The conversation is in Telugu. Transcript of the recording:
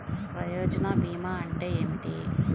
ప్రయోజన భీమా అంటే ఏమిటి?